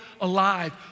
alive